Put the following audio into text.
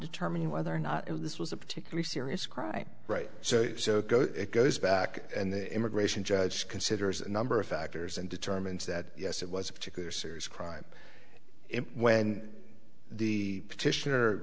determining whether or not this was a particularly serious crime right so it goes back and the immigration judge considers a number of factors and determines that yes it was a particular serious crime when the petition